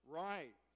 right